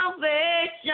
salvation